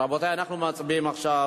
רבותי, אנחנו מצביעים עכשיו.